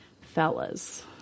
Fellas